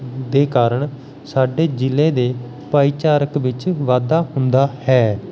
ਦੇ ਕਾਰਨ ਸਾਡੇ ਜ਼ਿਲ੍ਹੇ ਦੇ ਭਾਈਚਾਰਕ ਵਿੱਚ ਵਾਧਾ ਹੁੰਦਾ ਹੈ